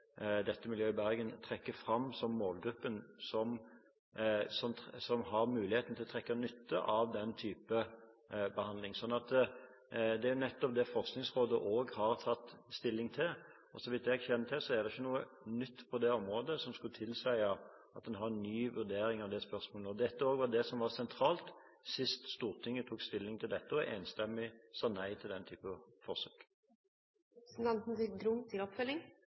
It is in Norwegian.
dette miljøet i Bergen trekker fram som målgruppen, som har mulighet til å dra nytte av den typen behandling. Det er nettopp det som også Forskningsrådet har tatt stilling til, og så vidt jeg kjenner til, er det ikke noe nytt på det området som skulle tilsi at en bør ha en ny vurdering av det spørsmålet nå. Dette var sentralt også da Stortinget sist tok stilling til dette og enstemmig sa nei til den typen forsøk. Det som er nytt, er at man nå prøver å vurdere hvilke kriterier som skal til